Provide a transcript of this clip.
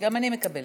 גם אני מקבלת.